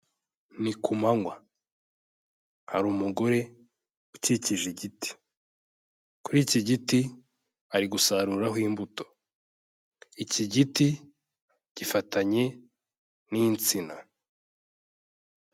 Ni ku manywa hari umugore ukikije igiti, kuri iki giti bari gusaruraraho imbuto, iki giti gifatanye n'insina.